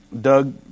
Doug